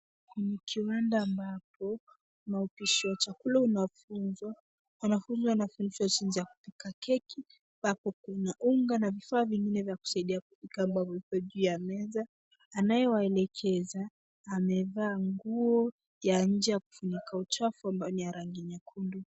Ni kiwanda ambapo, kuna upishi wa chakula unaofunzwa. Wanafunzi wanafundishwa jinsi ya kupika keki, pa kupima unga na vifaa vingine vya kusaidia kupika ambavyo vipo juu ya meza. Anayewaelekeza, amevaa nguo ya nje ya kufunika uchafu ambayo ni ya rangi nyekundu.